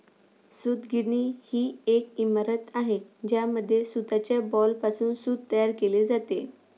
सूतगिरणी ही एक इमारत आहे ज्यामध्ये सूताच्या बॉलपासून सूत तयार केले जाते